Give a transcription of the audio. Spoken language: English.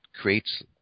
creates